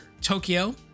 Tokyo